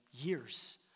years